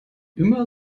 immer